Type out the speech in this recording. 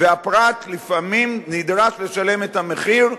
והפרט לפעמים נדרש לשלם את המחיר,